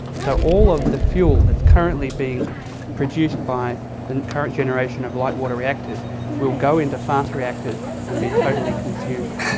so all of the fuel that's currently being produced by the current generation of light water reactors will go into fast reactors and be totally consumed.